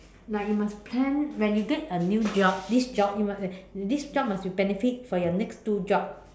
like you must plan when you get a new job this job you must this job must be benefit for your next two job